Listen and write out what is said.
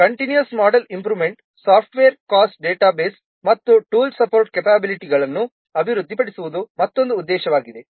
continuous model improvement software cost database ಮತ್ತು tool support capabilities ಗಳನ್ನು ಅಭಿವೃದ್ಧಿಪಡಿಸುವುದು ಮತ್ತೊಂದು ಉದ್ದೇಶವಾಗಿದೆ